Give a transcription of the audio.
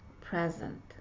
present